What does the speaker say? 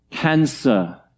Cancer